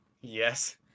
Yes